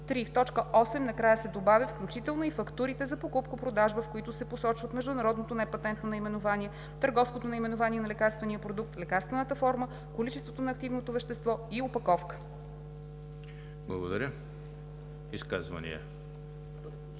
т. 8 накрая се добавя „включително и фактурите за покупко-продажба, в които се посочват международното непатентно наименование, търговското наименование на лекарствения продукт, лекарствената форма, количество на активното вещество и опаковка“.“